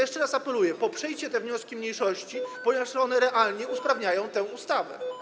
Jeszcze raz apeluję: poprzyjcie te wnioski mniejszości, ponieważ one realnie usprawniają realizację tej ustawy.